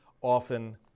often